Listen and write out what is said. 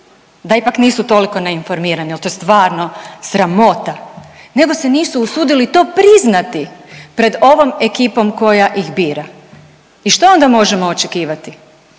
da ipak nisu toliko neinformirani jer to je stvarno sramota, nego se nisu usudili to priznati pred ovom ekipom koja ih bira. I što onda možemo očekivati?